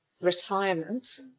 retirement